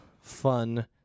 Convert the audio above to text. fun